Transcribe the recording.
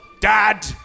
Dad